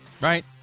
right